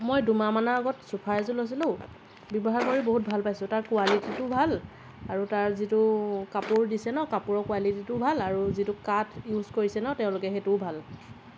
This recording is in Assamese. মই দুমাহমানৰ আগত চোফা এযোৰ লৈছিলোঁ ব্যৱহাৰ কৰি বহুত ভাল পাইছোঁ তাৰ কোৱালিটিটো ভাল আৰু তাৰ যিটো কাপোৰ দিছে ন কাপোৰৰ কোৱালিটিটো ভাল আৰু যিটো কাঠ ইউজ কৰিছে ন তেওঁলোকে সেইটোও ভাল